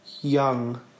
young